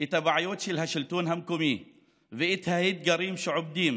את הבעיות של השלטון המקומי ואת האתגרים שעומדים